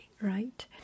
right